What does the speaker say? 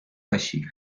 باشی